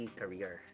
career